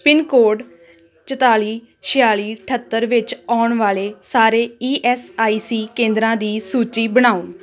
pin code ਚਤਾਲੀ ਛਿਆਲੀ ਅਠੱਤਰ ਵਿੱਚ ਆਉਣ ਵਾਲੇ ਸਾਰੇ ਈ ਐੱਸ ਆਈ ਸੀ ਕੇਂਦਰਾਂ ਦੀ ਸੂਚੀ ਬਣਾਓ